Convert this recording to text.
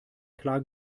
klar